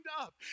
up